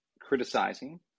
criticizing